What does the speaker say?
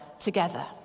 together